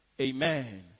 Amen